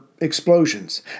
Explosions